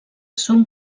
són